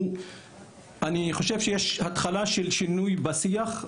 אני חושב שיש התחלה של שינוי בשיח,